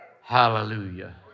Hallelujah